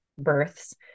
births